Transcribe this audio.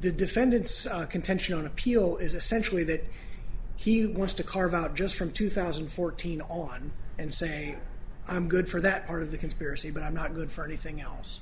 the defendant's contention on appeal is essentially that he wants to carve out just from two thousand and fourteen on and say i'm good for that part of the conspiracy but i'm not good for anything else